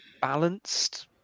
balanced